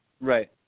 Right